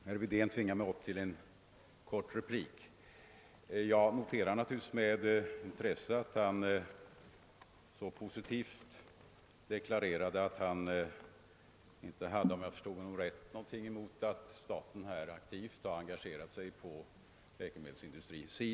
Herr talman! Herr Wedén tvingar mig att gå upp i en kort replik. Jag noterar naturligtvis med intresse att herr Wedén så positivt deklarerade att han, om jag förstod honom rätt, inte har någonting emot att staten aktivt engagerar sig inom läkemedelsindustrin.